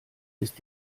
ist